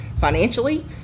financially